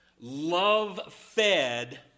love-fed